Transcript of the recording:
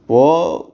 हो